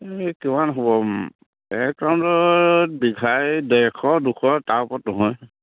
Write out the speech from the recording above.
এই কিমান হ'ব বিঘাই ডেৰশ দুশ তাৰ ওপৰত নহয়